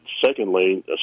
secondly